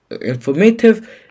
informative